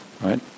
right